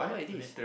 what is this